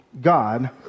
God